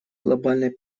глобальной